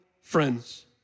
friends